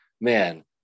man